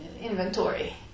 inventory